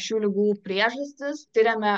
šių ligų priežastis tiriame